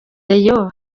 rayon